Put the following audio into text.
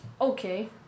okay